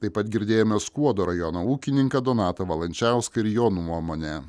taip pat girdėjome skuodo rajono ūkininką donatą valančiauską ir jo nuomonę